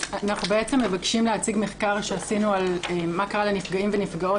אנחנו בעצם מבקשים להציג מחקר שעשינו על מה קרה לנפגעים ולנפגעות